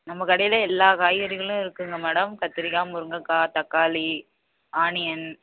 நம்ம கடையில் எல்லா காய்கறிகளும் இருக்குதுங்க மேடம் கத்திரிக்காய் முருங்கக்காய் தக்காளி ஆனியன்